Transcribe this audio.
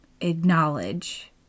acknowledge